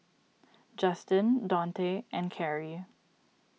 Justin Donte and Carey